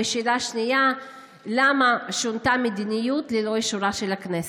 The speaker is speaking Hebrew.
2. למה שונתה המדיניות ללא אישורה של הכנסת?